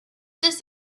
this